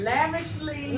Lavishly